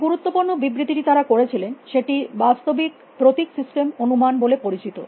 যে গুরুত্বপূর্ণ বিবৃতিটি তারা করেছিলেন সেটি বাস্তবিক প্রতীক সিস্টেম অনুমান বলে পরিচিত